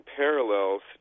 parallels